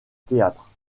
théâtre